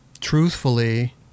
truthfully